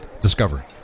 Discovery